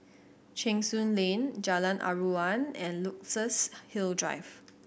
Cheng Soon Lane Jalan Aruan and Luxus Hill Drive